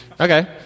Okay